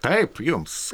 taip jums